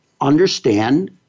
understand